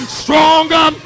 stronger